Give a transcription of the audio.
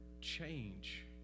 change